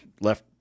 left